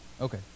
Okay